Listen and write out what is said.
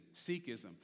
Sikhism